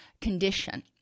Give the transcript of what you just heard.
condition